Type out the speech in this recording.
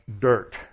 dirt